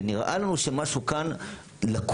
שנראה לנו משהו כאן לקוי.